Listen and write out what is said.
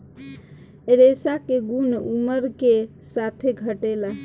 रेशा के गुन उमर के साथे घटेला